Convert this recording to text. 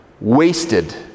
wasted